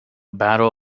battle